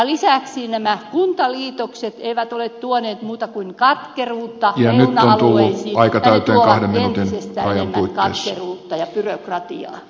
lisäksi nämä kuntaliitokset eivät ole tuoneet muuta kuin katkeruutta reuna alueisiin ja ne tuovat entistä enemmän katkeruutta ja byrokratiaa